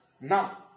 Now